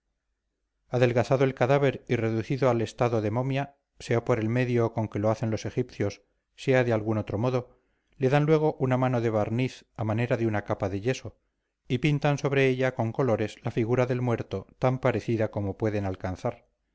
adelgazado el cadáver y reducido al estado de momia sea por el medio con que lo hacen los egipcios sea de algún otro modo le dan luego una mano de barniz a manera de una capa de yeso y pintan sobre ella con colores la figura del muerto tan parecida como pueden alcanzar